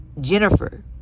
Jennifer